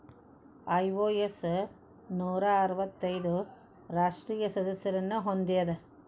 IOS ನೂರಾ ಅರ್ವತ್ತೈದು ರಾಷ್ಟ್ರೇಯ ಸದಸ್ಯರನ್ನ ಹೊಂದೇದ